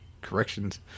corrections